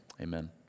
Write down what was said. amen